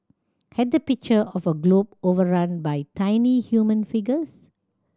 had the picture of a globe overrun by tiny human figures